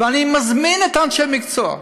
ואני מזמין את אנשי המקצוע.